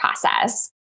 process